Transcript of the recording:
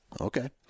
Okay